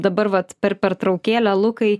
dabar vat per pertraukėlę lukai